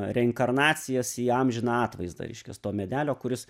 reinkarnacijas į amžiną atvaizdą reiškias to medelio kuris